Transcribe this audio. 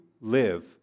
live